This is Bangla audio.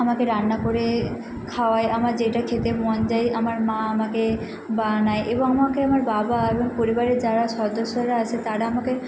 আমাকে রান্না করে খাওয়ায় আমার যেইটা খেতে মন যায় আমার মা আমাকে বানায় এবং আমাকে আমার বাবা এবং পরিবারের যারা সদস্যরা আছে তারা আমাকে